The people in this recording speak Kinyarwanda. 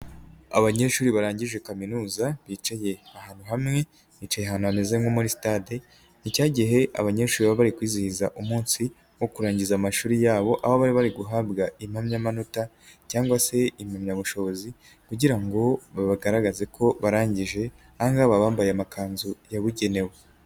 Abanyeshuri barangije kaminuza bicaye ahantu hamwe, bicaye ahantu hameze nko muri sitade, ni cya gihe abanyeshuri baba bari kwizihiza umunsi wo kurangiza amashuri yabo, aho bari bari guhabwa impamyamanota cyangwa se impamyabushobozi kugira ngo babagaragaze ko barangije, ahangaha baba bambaye amakanzu yabugenewe.